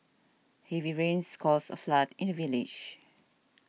heavy rains caused a flood in village